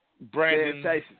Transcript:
Brandon